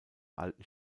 alten